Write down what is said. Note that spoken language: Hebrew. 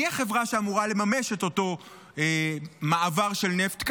מי החברה שאמורה לממש את אותו מעבר של נפט?